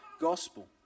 gospel